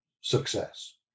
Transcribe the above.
success